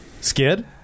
Skid